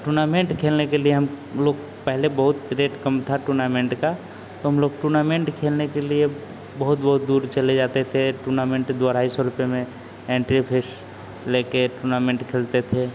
tournament खेलने के लिए हमलोग पहले बहुत रेट कम था टूर्नामेन्ट का तो हमलोग टूर्नामेन्ट खेलने के लिए बहोत बहोत दूर चले जाते थे टूर्नामेन्ट द्वारा अढ़ाई सौ रुपये में एन्ट्री फीस लेकर टूर्नामेन्ट खेलते थे